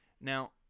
Now